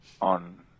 on